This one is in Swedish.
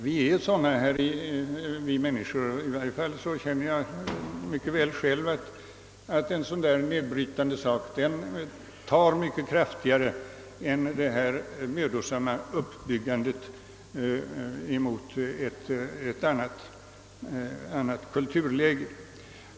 Vi människor är sådana; i varje fall känner jag mycket väl själv att ett dylikt nedbrytande inslag tar mycket kraftigare än det mödosamma uppbyggandet mot ett annat kulturläge.